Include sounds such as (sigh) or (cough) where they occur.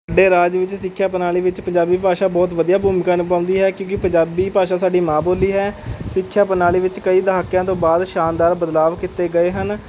(unintelligible) ਰਾਜ ਵਿੱਚ ਸਿੱਖਿਆ ਪ੍ਰਣਾਲੀ ਵਿੱਚ ਪੰਜਾਬੀ ਭਾਸ਼ਾ ਬਹੁਤ ਵਧੀਆ ਭੂਮਿਕਾ ਨਿਭਾਉਂਦੀ ਹੈ ਕਿਉਂਕਿ ਪੰਜਾਬੀ ਭਾਸ਼ਾ ਸਾਡੀ ਮਾਂ ਬੋਲੀ ਹੈ ਸਿੱਖਿਆ ਪ੍ਰਣਾਲੀ ਵਿੱਚ ਕਈ ਦਹਾਕਿਆਂ ਤੋਂ ਬਾਅਦ ਸ਼ਾਨਦਾਰ ਬਦਲਾਵ ਕੀਤੇ ਗਏ ਹਨ